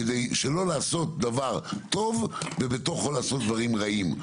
כדי שלא לעשות דבר טוב ובתוכו לעשות דברים רעים.